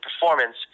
performance